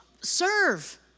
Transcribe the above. Serve